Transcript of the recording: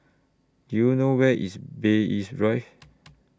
Do YOU know Where IS Bay East Rive